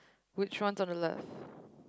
which one's on the left